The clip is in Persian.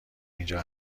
اینجا